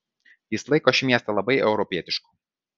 jis laiko šį miestą labai europietišku